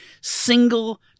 single